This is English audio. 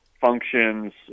functions